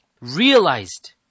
realized